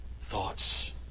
thoughts